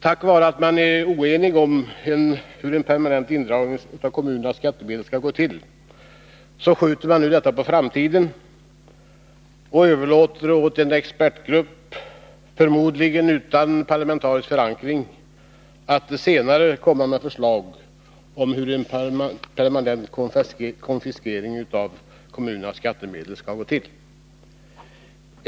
Till följd av att man är oeniga om hur en permanent indragning av kommunernas skattemedel skall gå till skjuter man detta på framtiden och överlåter åt en expertgrupp — förmodligen utan parlamentarisk förankring — att senare komma med förslag om hur en permanent konfiskering av kommunernas skattemedel skall gå till.